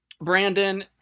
Brandon